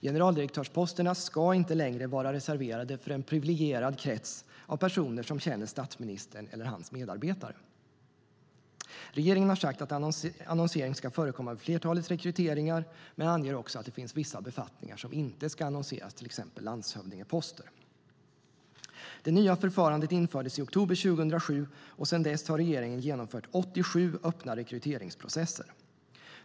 Generaldirektörsposterna ska inte längre vara reserverade för en privilegierad krets av personer som känner statsministern eller hans medarbetare. Regeringen har sagt att annonsering ska förekomma vid flertalet rekryteringar men anger också att det finns vissa befattningar som inte ska annonseras, till exempel landshövdingsposter. Det nya förfarandet infördes i oktober 2007. Sedan dess har regeringen genomfört 87 öppna rekryteringsprocesser.